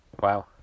Wow